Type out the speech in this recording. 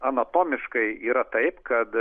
anatomiškai yra taip kad